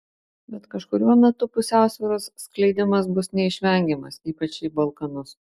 bet kažkuriuo metu pusiausvyros skleidimas bus neišvengiamas ypač į balkanus